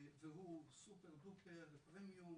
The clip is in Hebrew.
והוא סופר דופר עם פרמיום,